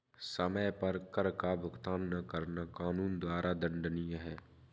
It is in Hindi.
समय पर कर का भुगतान न करना कानून द्वारा दंडनीय है